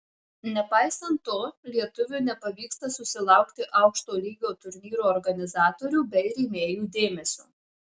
nepaisant to lietuviui nepavyksta susilaukti aukšto lygio turnyrų organizatorių bei rėmėjų dėmesio